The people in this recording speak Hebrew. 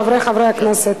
חברי חברי הכנסת,